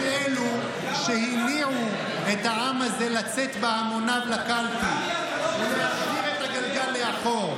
הם אלו שהניעו את העם הזה לצאת בהמוניו לקלפי ולהשיב את הגלגל לאחור.